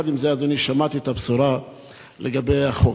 יחד עם זאת, אדוני, שמעתי את הבשורה לגבי החוק.